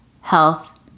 health